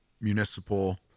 municipal